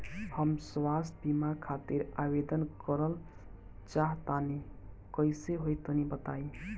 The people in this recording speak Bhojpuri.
हम स्वास्थ बीमा खातिर आवेदन करल चाह तानि कइसे होई तनि बताईं?